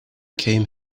came